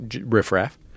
riffraff